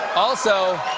also